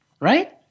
right